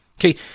Okay